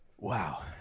wow